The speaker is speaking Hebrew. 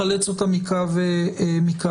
לחלץ אותם מקו האש.